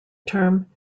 term